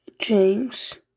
James